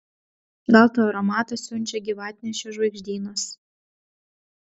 gal tą aromatą siunčia gyvatnešio žvaigždynas